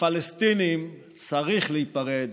מהפלסטינים צריך להיפרד,